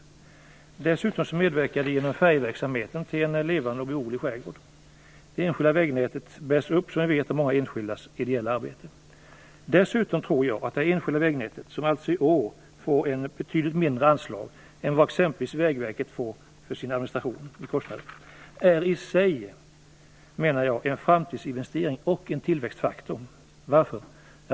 Dessutom medverkar det genom färjeverksamheten till en levande och beboelig skärgård. Det enskilda vägnätet bärs upp av många enskildas ideella arbete. Dessutom tror jag att en satsning på det enskilda vägnätet, som alltså i år får ett betydligt mindre anslag än vad exempelvis Vägverket får, i sig är en framtidsinvestering och en tillväxtfaktor. Varför?